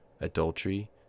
adultery